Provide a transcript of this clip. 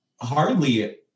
hardly